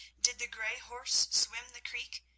did the grey horse swim the creek,